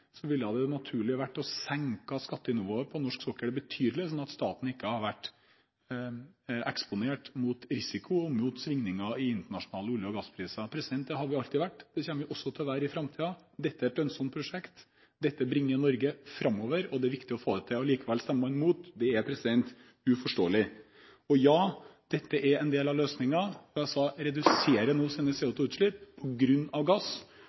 ville det naturlige vært å senke skattenivået på norsk sokkel betydelig, sånn at staten ikke ville vært eksponert for risiko og svingninger i internasjonale olje- og gasspriser. Det har vi alltid vært, og det kommer vi også til å være i framtiden. Dette er et lønnsomt prosjekt. Dette bringer Norge framover, og det er viktig å få det til. Likevel stemmer man mot, og det er uforståelig. Ja, dette er en del av løsningen. USA reduserer nå sine CO2-utslipp på grunn av gass,